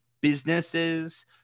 businesses